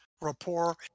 rapport